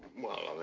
well,